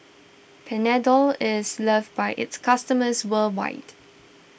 Panadol is loved by its customers worldwide